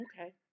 okay